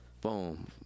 boom